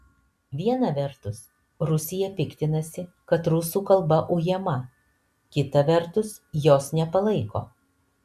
viena vertus rusija piktinasi kad rusų kalba ujama kita vertus jos nepalaiko